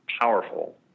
powerful